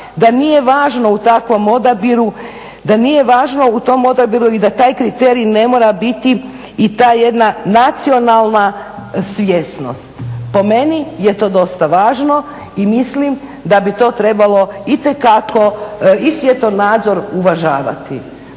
da nije važno u tom odabiru i da taj kriterij ne mora biti i ta jedna nacionalna svjesnost. Po meni je to dosta važno i mislim da bi to trebalo itekako i svjetonazor uvažavati.